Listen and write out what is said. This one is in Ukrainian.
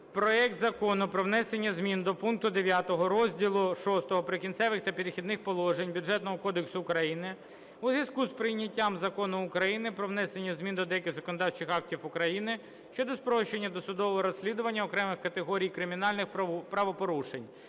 проект Закону про внесення змін до пункту 9 розділу VI "Прикінцеві та перехідні положення" Бюджетного кодексу України у зв'язку з прийняттям Закону України "Про внесення змін до деяких законодавчих актів України щодо спрощення досудового розслідування окремих категорій кримінальних правопорушень"